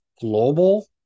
Global